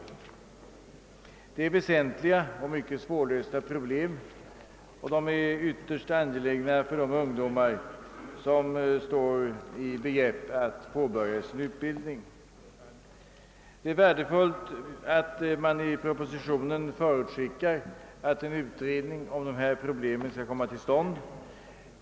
Dessa problem är väsentliga och mycket svårlösta och för de ungdomar som står i begrepp att påbörja sin utbildning är det ytterst angeläget att de löses. Det är värdefullt att man i Ppropositionen förutskickar att utredning om dessa problem skall komma till stånd.